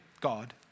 God